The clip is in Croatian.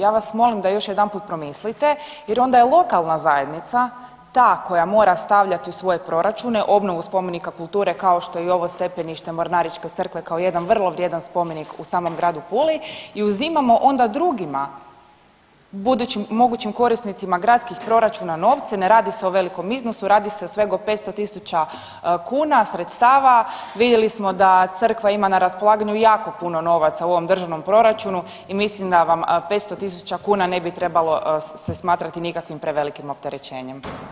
Ja vas molim da još jedanput promislite jer onda je lokalna zajednica ta koja mora stavljat u svoje proračune obnovu spomenika kulture kao što je i ovo stepenište mornaričke crkve kao jedan vrlo vrijedan spomenik u samom gradu Puli i uzimamo onda drugima budućim mogućim korisnicima gradskih proračuna novce, ne radi se o velikom iznosu, radi se svega o 500 000 kuna sredstava, vidjeli smo da crkva ima na raspolaganju jako puno novaca u ovom državnom proračunu i mislim da vam 500 000 kuna ne bi trebalo se smatrati nikakvim prevelikim opterećenjem.